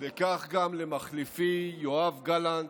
וכך גם למחליפי יואב גלנט,